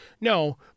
No